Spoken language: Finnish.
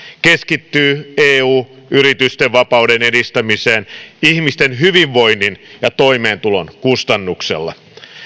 keskittyy eu yritysten vapauden edistämiseen ihmisten hyvinvoinnin ja toimeentulon kustannuksella